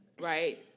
right